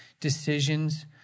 decisions